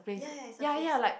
ya ya ya it's a place